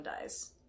dies